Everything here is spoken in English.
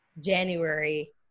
January